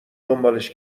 دنبالش